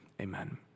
amen